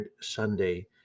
Sunday